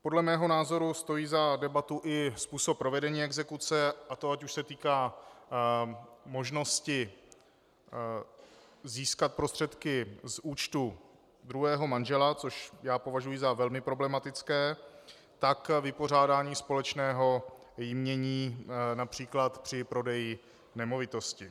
Podle mého názoru stojí za debatu i způsob provedení exekuce, a to ať už se týká možnosti získat prostředky z účtu druhého manžela, což já považuji za velmi problematické, tak vypořádání společného jmění například při prodeji nemovitosti.